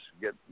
Get